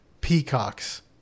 Peacocks